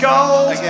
Gold